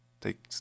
Take